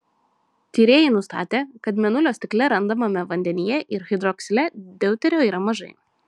tyrėjai nustatė kad mėnulio stikle randamame vandenyje ir hidroksile deuterio yra mažai